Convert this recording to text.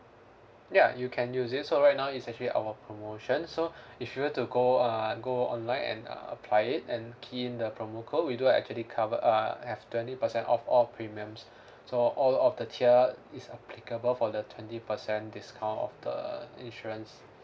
ya you can use it so right now is actually our promotion so if you were to go uh go online and uh apply it and key in the promo code we do actually cover uh have twenty percent off all premiums so all of the tier is applicable for the twenty percent discount of the insurance